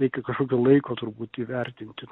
reikia kažkokio laiko turbūt įvertinti